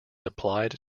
applied